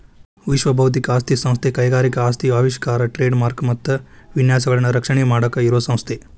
ವಿಶ್ವ ಬೌದ್ಧಿಕ ಆಸ್ತಿ ಸಂಸ್ಥೆ ಕೈಗಾರಿಕಾ ಆಸ್ತಿ ಆವಿಷ್ಕಾರ ಟ್ರೇಡ್ ಮಾರ್ಕ ಮತ್ತ ವಿನ್ಯಾಸಗಳನ್ನ ರಕ್ಷಣೆ ಮಾಡಾಕ ಇರೋ ಸಂಸ್ಥೆ